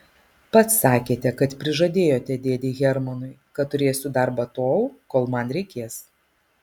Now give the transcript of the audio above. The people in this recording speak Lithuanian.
pats sakėte kad prižadėjote dėdei hermanui kad turėsiu darbą tol kol man reikės